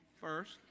first